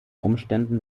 umständen